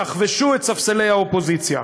תחבשו את ספסלי האופוזיציה.